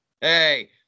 Hey